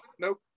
Nope